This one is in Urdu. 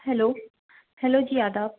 ہیلو ہیلو جی آداب